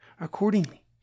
Accordingly